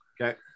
Okay